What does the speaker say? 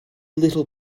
little